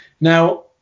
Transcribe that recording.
Now